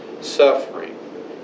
Suffering